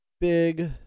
big